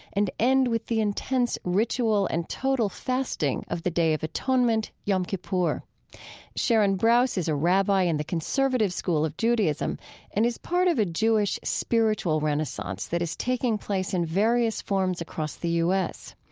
and end with the intense ritual and total fasting of the day of atonement, yom kippur sharon brous is a rabbi in the conservative school of judaism and is part of a jewish spiritual renaissance that is taking place in various forms across the u s.